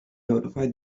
notified